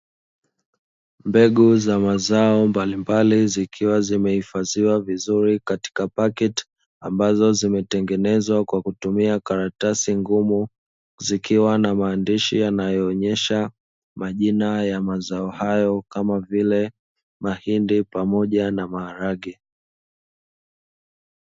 Mbegu za mazao mbalimbali, zikiwa zimehifadhiwa vizuri katika paketi, ambazo zimetengenezwa kwa kutumia karatasi ngumu, zikiwa na maandishi yanayoonyesha majina ya mazao hayo kama vile mahindi pamoja na maharage.